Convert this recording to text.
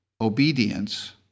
Obedience